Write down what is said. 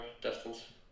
distance